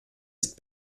ist